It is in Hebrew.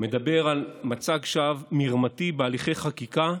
מדבר על מצג שווא מרמתי בהליכי חקיקה,